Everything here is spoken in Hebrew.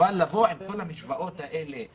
אבל לבוא עם כל המשוואות האלה,